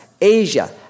Asia